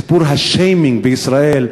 סיפור השיימינג בישראל,